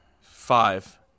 five